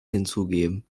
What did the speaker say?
hinzugeben